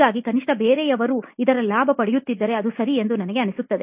ಹಾಗಾಗಿ ಕನಿಷ್ಠ ಬೇರೆಯವರು ಇದರ ಲಾಭ ಪಡೆಯುತ್ತಿದ್ದರೆ ಅದು ಸರಿ ಎಂದು ನನಗೆ ಅನಿಸುತ್ತದೆ